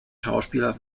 schauspieler